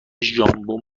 ژامبون